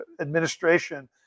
administration